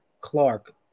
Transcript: Clark